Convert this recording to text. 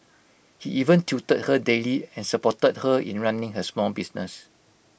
he even tutored her daily and supported her in running her small business